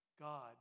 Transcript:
God